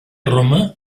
roma